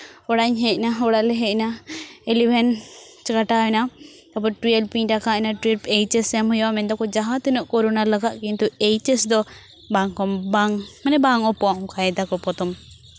ᱚᱲᱟᱜ ᱤᱧ ᱦᱮᱡ ᱱᱟ ᱚᱲᱟᱜ ᱞᱮ ᱦᱮᱡ ᱱᱟ ᱤᱞᱤᱵᱷᱮᱱ ᱠᱟᱴᱟᱣ ᱮᱱᱟ ᱛᱟᱨᱯᱚᱨ ᱴᱩᱭᱮᱞᱵᱷ ᱤᱧ ᱨᱟᱠᱟᱵ ᱮᱱᱟ ᱴᱩᱭᱮᱞᱵᱷ ᱮᱭᱤᱪ ᱮᱥ ᱮᱢ ᱦᱩᱭᱩᱜᱼᱟ ᱢᱮᱱ ᱫᱟᱠᱚ ᱡᱟᱦᱟᱸ ᱛᱤᱱᱟᱹᱜ ᱠᱳᱨᱳᱱᱟ ᱞᱟᱜᱟᱜ ᱠᱤᱱᱛᱩ ᱮᱭᱤᱪ ᱮᱥ ᱫᱚ ᱵᱟᱝ ᱢᱟᱱᱮ ᱵᱟᱝ ᱚᱯᱷᱚᱜᱼᱟ ᱚᱱᱠᱟᱭ ᱫᱟᱠᱚ ᱯᱨᱚᱛᱷᱚᱢ